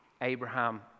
Abraham